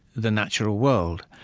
the natural world.